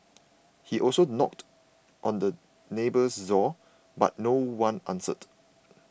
he also knocked on the neighbour's door but no one answered